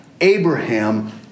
Abraham